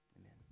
Amen